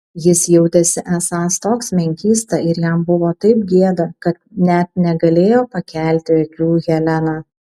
jis jautėsi esąs toks menkysta ir jam buvo taip gėda kad net negalėjo pakelti akių į heleną